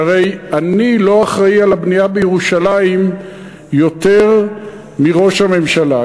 שהרי אני לא אחראי על הבנייה בירושלים יותר מראש הממשלה.